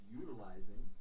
utilizing